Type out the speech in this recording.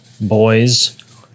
boys